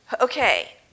Okay